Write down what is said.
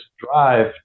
drive